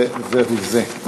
וזהו זה.